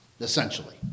Essentially